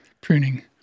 pruning